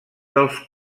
dels